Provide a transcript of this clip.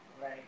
Right